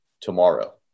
tomorrow